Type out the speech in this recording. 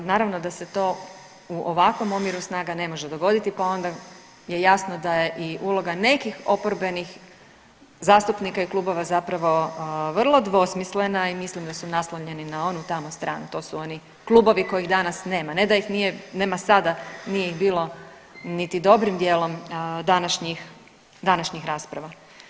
Naravno da se to u ovakvom omjeru snaga ne može dogoditi, pa onda je jasno da je i uloga nekih oporbenih zastupnika i klubova zapravo vrlo dvosmislena i mislim da su naslonjeni na onu tamo stranu, to su oni klubovi kojih danas nema, ne da ih nema sada, nije ih bilo niti dobrim dijelom današnjih, današnjih rasprava.